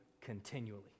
continually